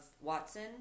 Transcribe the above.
Watson